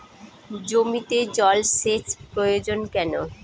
জমিতে জল সেচ প্রয়োজন কেন?